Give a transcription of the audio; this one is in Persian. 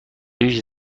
ویژه